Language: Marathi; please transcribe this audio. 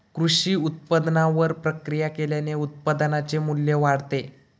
कृषी उत्पादनावर प्रक्रिया केल्याने उत्पादनाचे मू्ल्य वाढते